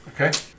Okay